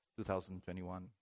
2021